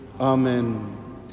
Amen